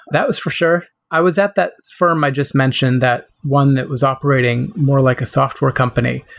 that was for sure. i was at that firm i just mentioned that one that was operating more like a software company,